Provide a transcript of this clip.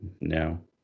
No